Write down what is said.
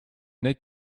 n’ai